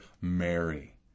Mary